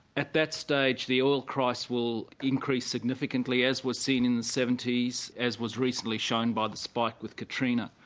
at that stage the oil price will increase significantly as was seen in the seventy s, as was recently shown by the spike with katrina.